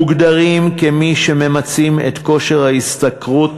מוגדרים כמי שממצים את כושר ההשתכרות